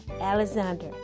Alexander